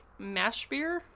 Mashbeer